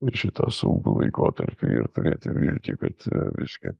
ir šitą sunkų laikotarpį ir turėt viltį kad visgi